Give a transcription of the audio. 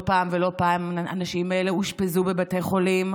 לא פעם ולא פעמיים הנשים האלה אושפזו בבתי חולים,